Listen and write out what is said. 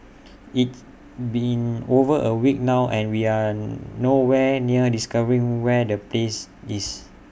it's been over A week now and we are no where near discovering where the place is